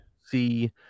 see